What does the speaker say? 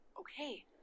Okay